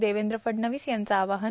देवेंद्र फडणवीस यांचं आवाहन